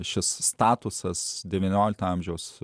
šis statusas devyniolikto amžiaus